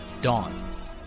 Dawn